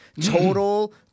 total